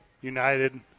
United